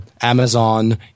amazon